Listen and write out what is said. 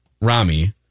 Rami